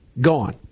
Gone